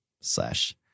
slash